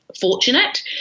fortunate